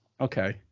Okay